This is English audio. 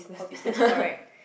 for business correct